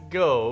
go